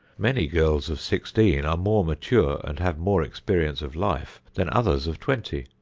many girls of sixteen are more mature and have more experience of life than others of twenty.